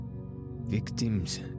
victims